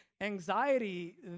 anxiety